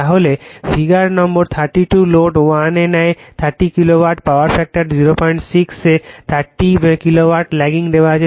তাহলে ফিগার নং 32 লোড 1 নেয় 30 KW পাওয়ার ফ্যাক্টর 06 এ 30 KW ল্যাগিং দেওয়া আছে